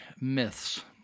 myths